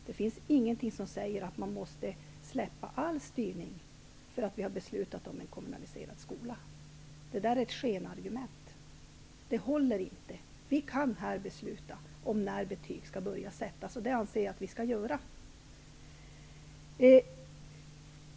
Det finns ingenting som säger att man måste släppa all styrning bara för att riksdagen har beslutat om en kommunaliserad skola. Detta är ett skenargument. Det håller inte. Riksdagen kan besluta om när betyg skall börja sättas, och det anser jag att den skall göra.